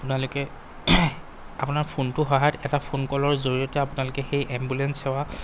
আপোনালোকে আপোনাৰ ফোনটোৰ সহায়ত এটা ফোনকলৰ জৰিয়তে আপোনালোকে সেই এম্বুলেঞ্চ সেৱা